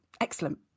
excellent